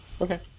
Okay